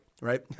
right